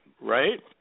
right